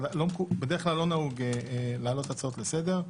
בדרך כלל לא נהוג להעלות הצעות לסדר,